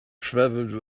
travelled